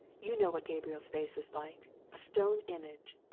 you know what gabriel's face is like a stone image!